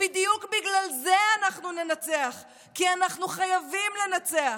בדיוק בגלל זה אנחנו ננצח, כי אנחנו חייבים לנצח.